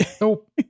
Nope